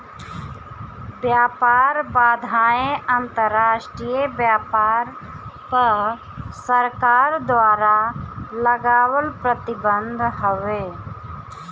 व्यापार बाधाएँ अंतरराष्ट्रीय व्यापार पअ सरकार द्वारा लगावल प्रतिबंध हवे